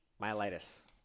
myelitis